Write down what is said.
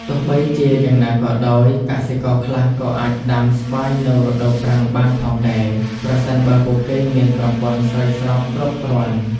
ទោះបីជាយ៉ាងណាក៏ដោយ កសិករខ្លះក៏អាចដាំស្វាយនៅរដូវប្រាំងបានផងដែរ ប្រសិនបើពួកគេមានប្រព័ន្ធស្រោចស្រពគ្រប់គ្រាន់។